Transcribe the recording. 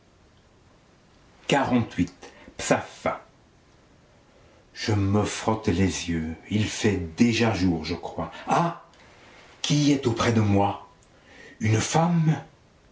psappha je me frotte les yeux il fait déjà jour je crois ah qui est auprès de moi une femme